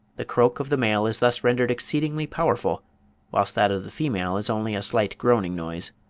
the croak of the male is thus rendered exceedingly powerful whilst that of the female is only a slight groaning noise.